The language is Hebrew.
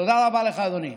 תודה רבה לך, אדוני.